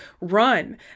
run